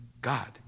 God